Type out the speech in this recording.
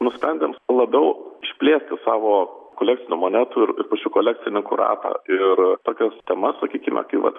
nusprendėm labiau išplėsti savo kolekcinių monetų ir ir pačių kolekcininkų ratą ir tokias temas sakykime kaip vat